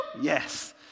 Yes